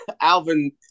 Alvin